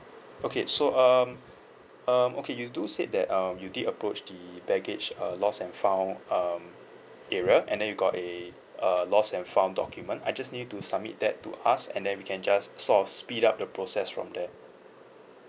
okay so um um okay you do said that um you did approach the baggage uh lost and found um area and then you got a uh lost and found document I just need you to submit that to us and then we can just sort of speed up the process from there